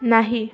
नाही